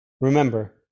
Remember